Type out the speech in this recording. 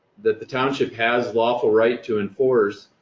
that the township has lawful right to enforce.